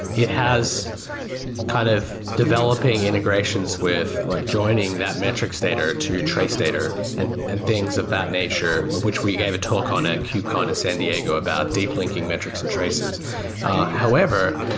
it has kind of developing integrations with like joining that metrics data or to trace data and and things of that nature, which we gave a talk on at kubecon in san diego about deep linking metrics and traces however,